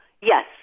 Yes